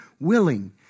willing